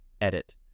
Edit